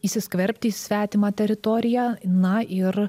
įsiskverbti į svetimą teritoriją na ir